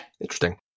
Interesting